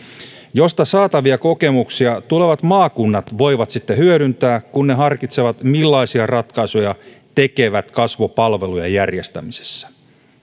joista saatavia kokemuksia tulevat maakunnat voivat sitten hyödyntää kun ne harkitsevat millaisia ratkaisuja tekevät kasvupalvelujen järjestämisessä